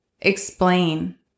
explain